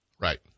Right